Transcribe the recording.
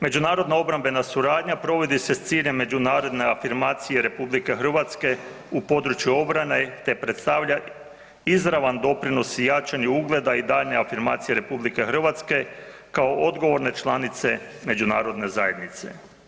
Međunarodna obrambena suradnja provodi se s ciljem međunarodne afirmacije RH u području obrane te predstavlja izravan doprinos jačanju ugleda i daljnje afirmacije RH, kao odgovorne članice međunarodne zajednice.